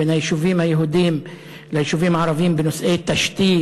בין היישובים היהודיים ליישובים הערביים בנושאי תשתית,